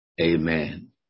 Amen